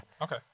Okay